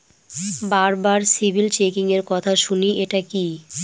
বারবার সিবিল চেকিংএর কথা শুনি এটা কি?